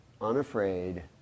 unafraid